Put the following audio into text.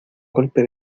golpe